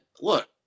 look